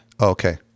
Okay